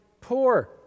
poor